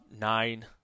nine